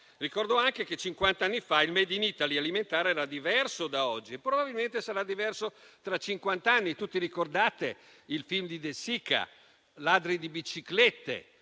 Ricordo anche che, cinquant'anni fa, il *made in Italy* alimentare era diverso da oggi e probabilmente sarà diverso tra cinquant'anni. Tutti ricordate il film di De Sica, "Ladri di biciclette",